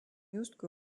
justkui